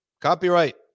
Copyright